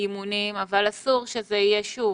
בהמשך הקמנו פורום שותפים שאנחנו נמצאים אתו כל שבוע,